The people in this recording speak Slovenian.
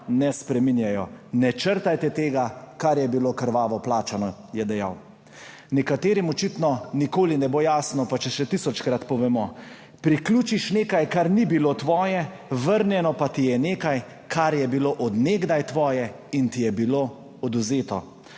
ne spreminjajo. »Ne črtajte tega, kar je bilo krvavo plačano,« je dejal. Nekaterim očitno nikoli ne bo jasno, pa če še tisočkrat povemo – priključiš nekaj, kar ni bilo tvoje, vrnjeno pa ti je nekaj, kar je bilo od nekdaj tvoje in ti je bilo odvzeto.